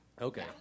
Okay